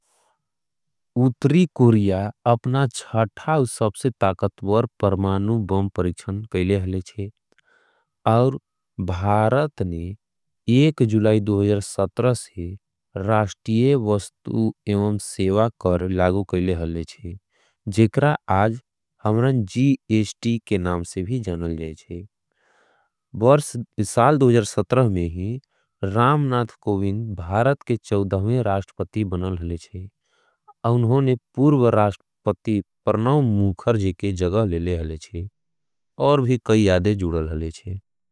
उत्री कुरिया अपना शथा उससे ताकतवर परमानू बम परिक्षन केले हले हले छे और भारत ने एक जुलाई से राष्टिये वस्तू एवं सेवा कर लागो केले हले छे जेकरा आज हम्रण के नाम से भी जानल जाये छे साल में ही रामनाथ कोबिन भारत के चवदह में राष्टपती बनल हले छे अउन्होने पूर्वराष्टपती परनाव मूखर जी के जगह लेले हले छे और भी कई आदे जुलाल हले छे।